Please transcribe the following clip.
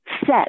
set